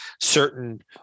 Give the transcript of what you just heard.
certain